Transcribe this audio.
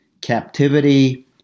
captivity